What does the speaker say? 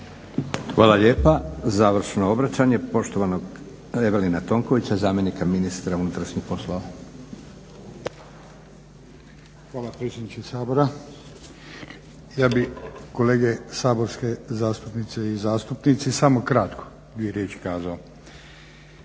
Hvala lijepa. Završno obraćanje poštovanog Evelina Tonkovića, zamjenika ministra unutrašnjih poslova. **Tonković, Evelin** Hvala predsjedniče Sabora. Ja bih kolege saborske zastupnice i zastupnici samo kratko dvije riječi kazao.